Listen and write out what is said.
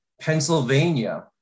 Pennsylvania